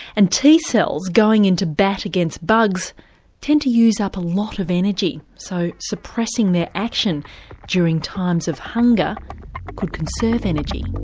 and t cells going into bat against bugs tend to use up a lot of energy, so suppressing their action during times of hunger could conserve energy.